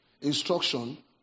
instruction